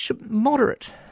Moderate